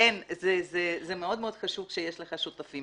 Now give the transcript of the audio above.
זה מאוד מאוד חשוב כשיש לך שותפים.